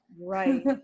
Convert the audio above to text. right